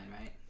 right